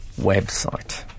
website